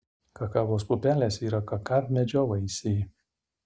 kakavos pupelės yra kakavmedžio vaisiai